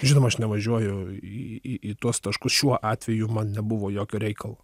žinoma aš nevažiuoju į į į tuos taškus šiuo atveju man nebuvo jokio reikalo